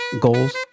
goals